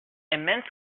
immense